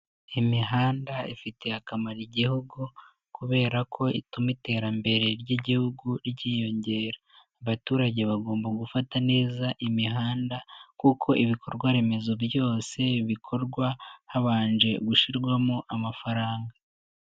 Imihanda ifitiye akamaro Igihugu kubera ko ituma iterambere ry'Igihugu ryiyongera, abaturage bagomba gufata neza imihanda kuko ibikorwa remezo byose bikorwa habanje gushyirwamo amafaranga.